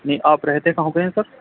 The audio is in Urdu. نہیں آپ رہتے کہاں پہ ہیں سر